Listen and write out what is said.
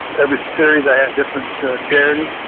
every series i had different a charity.